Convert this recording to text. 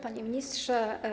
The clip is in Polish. Panie Ministrze!